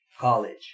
college